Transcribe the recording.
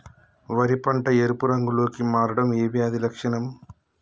వరి పంట ఎరుపు రంగు లో కి మారడం ఏ వ్యాధి లక్షణం?